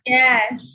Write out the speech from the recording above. yes